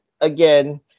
Again